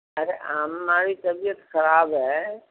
ہماری طبیعت خراب ہے